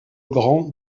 grand